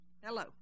Hello